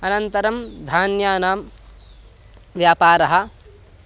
अनन्तरं धान्यानां व्यापारः